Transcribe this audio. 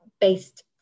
based